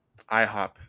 IHOP